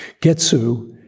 Getsu